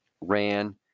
ran